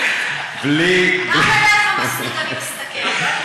אני מסתכלת,